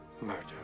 murder